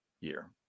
year